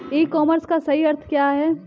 ई commerce का सही अर्थ क्या है?